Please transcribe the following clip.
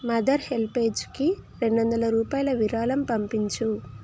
mother హెల్ప్ఏజ్కి రెండొందల రూపాయలు విరాళం పంపించు